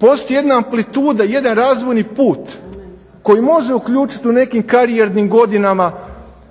Postoji jedna amplituda, jedan razvojni put koji može uključiti u nekim karijernim godinama